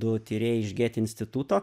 du tyrėjai iš gėt instituto